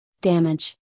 damage